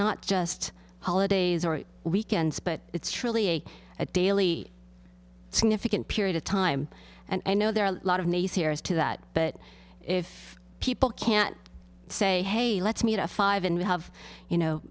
not just holidays or weekends but it's truly a a daily significant period of time and i know there are a lot of naysayers to that but if people can't say hey let's meet a five and we have you know